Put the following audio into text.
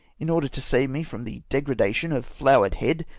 in order to save me from the degradation of flom-ed head,